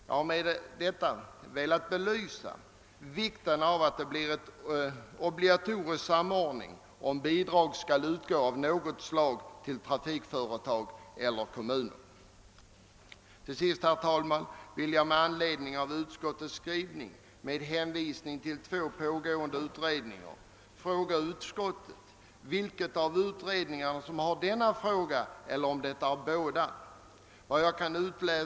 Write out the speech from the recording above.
Jag har med det sagda velat framhålla vikten av att det blir en obligatorisk samordning, om något slags bidrag skall utgå till trafikföretag eller kommuner. Till sist vill jag, med anledning av att utskottet hänvisar till två pågående utredningar, fråga utskottets talesman vilken av utredningarna som har denna fråga till behandling. Kanske båda arbetar med den?